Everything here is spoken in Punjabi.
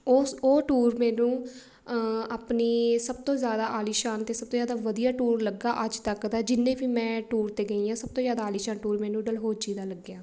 ਉਸ ਉਹ ਟੂਰ ਮੈਨੂੰ ਆਪਣੀ ਸਭ ਤੋਂ ਜ਼ਿਆਦਾ ਆਲੀਸ਼ਾਨ 'ਤੇ ਸਭ ਤੋਂ ਜ਼ਿਆਦਾ ਵਧੀਆ ਟੂਰ ਲੱਗਾ ਅੱਜ ਤੱਕ ਦਾ ਜਿੰਨੇ ਵੀ ਮੈਂ ਟੂਰ 'ਤੇ ਗਈ ਹਾਂ ਸਭ ਤੋਂ ਜ਼ਿਆਦਾ ਆਲੀਸ਼ਾਨ ਟੂਰ ਮੈਨੂੰ ਡਲਹੋਜ਼ੀ ਦਾ ਲੱਗਿਆ